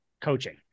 coaching